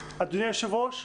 אדוני היושב-ראש,